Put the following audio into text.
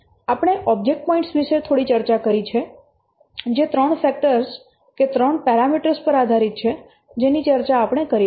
આપણે object points વિશે થોડી ચર્ચા કરી છે જે ત્રણ ફેક્ટર્સ કે ત્રણ પેરામીટર્સ પર આધારિત છે જેની ચર્ચા આપણે કરી છે